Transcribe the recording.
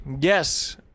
Yes